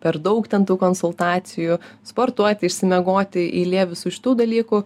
per daug ten tų konsultacijų sportuoti išsimiegoti eilė visų šitų dalykų